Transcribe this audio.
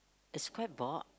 it's quite bored